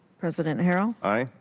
president herald. aye.